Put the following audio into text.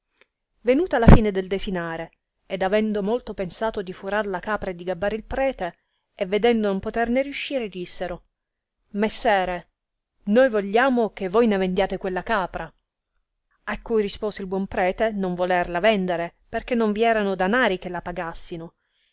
venuta la fine del desinare ed avendo molto pensato di furar la capra e di gabbare il prete e vedendo non poterne riuscire dissero messere noi vogliamo che voi ne vendiate quella capra a cui rispose il buon prete non volerla vendere perchè non vi erano danari che la pagassino